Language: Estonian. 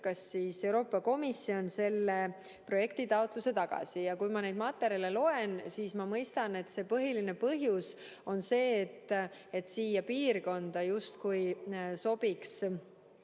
lükkas Euroopa Komisjon selle projekti taotluse tagasi. Ja kui ma neid materjale loen, siis ma mõistan, et põhiline põhjus on see, et siia piirkonda justkui sobiks